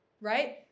right